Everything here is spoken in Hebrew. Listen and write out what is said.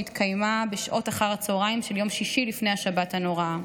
שהתקיים בשעות אחר הצוהריים של יום שישי לפני השבת הנוראה.